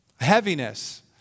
heaviness